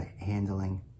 handling